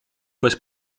bez